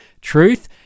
truth